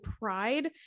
pride